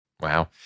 Wow